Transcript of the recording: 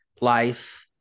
Life